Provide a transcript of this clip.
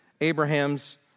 Abraham's